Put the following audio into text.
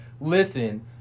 listen